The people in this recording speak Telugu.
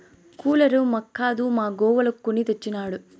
కూలరు మాక్కాదు మా గోవులకు కొని తెచ్చినాడు